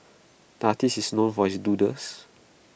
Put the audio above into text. the artist is known for his doodles